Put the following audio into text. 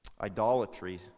idolatry